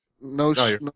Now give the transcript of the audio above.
no